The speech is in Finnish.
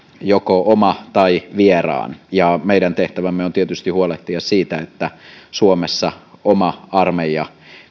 joko oma tai vieraan ja meidän tehtävämme on tietysti huolehtia siitä että suomessa oma armeija